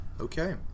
okay